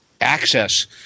access